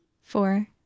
Four